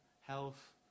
health